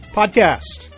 podcast